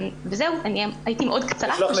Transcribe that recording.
וזהו, הייתי מאוד קצרה.